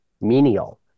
menial